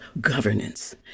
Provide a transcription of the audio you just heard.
governance